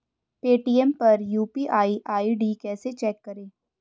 Paytm पर UPI ID कैसे check करें?